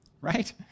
right